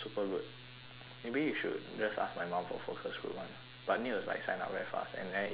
maybe you should just ask my mum for focus group one but need to like sign up very fast and then it's like balloting